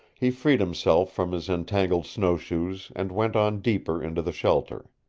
he freed himself from his entangled snowshoes and went on deeper into the shelter.